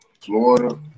Florida